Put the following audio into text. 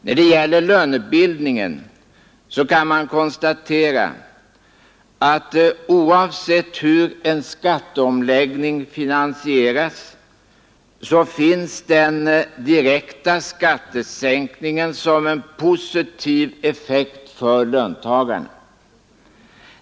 När det gäller lönebildningen kan man konstatera att oavsett hur en skatteomläggning finansieras, så finns den direkta skattesänkningen som en positiv effekt för löntagarna.